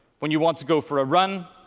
when you want to go for a run,